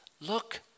Look